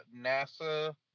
NASA